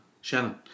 Shannon